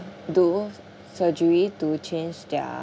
do surgery to change their